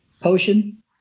potion